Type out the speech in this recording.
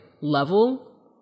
level